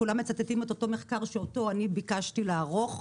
כולם מצטטים את אותו מחקר שאותו אני ביקשתי לערוך,